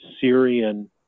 Syrian